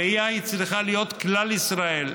הראייה צריכה להיות כלל-ישראל,